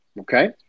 Okay